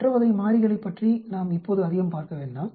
மற்ற வகை மாறிகளைப் பற்றி நாம் இப்போது அதிகம் பார்க்க வேண்டாம்